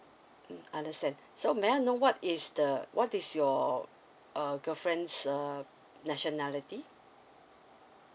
mm understand so may I know what is the what is your uh girlfriend's uh nationality